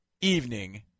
evening